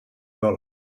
dol